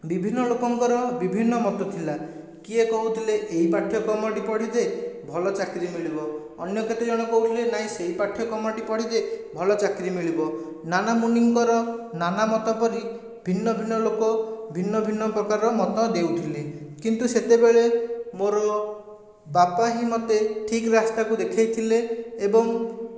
ବିଭିନ୍ନ ଲୋକଙ୍କର ବିଭିନ୍ନ ମତ ଥିଲା କିଏ କହୁଥିଲେ ଏଇ ପାଠ୍ୟକ୍ରମଟି ପଢ଼ି ଦେ ଭଲ ଚାକିରି ମିଳିବ ଅନ୍ୟ କେତେ ଜଣ କହୁଥିଲେ ନାହିଁ ସେଇ ପାଠ୍ୟକ୍ରମଟି ପଢ଼ି ଦେ ଭଲ ଚାକିରି ମିଳିବ ନାନା ମୁନିଙ୍କର ନାନା ମତ ପରି ଭିନ୍ନ ଭିନ୍ନ ଲୋକ ଭିନ୍ନ ଭିନ୍ନ ପ୍ରକାରର ମତ ଦେଉଥିଲେ କିନ୍ତୁ ସେତେବେଳେ ମୋର ବାପା ହିଁ ମୋତେ ଠିକ୍ ରାସ୍ତାକୁ ଦେଖେଇଥିଲେ ଏବଂ